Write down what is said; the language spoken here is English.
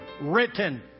written